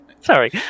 sorry